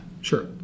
Sure